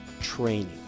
training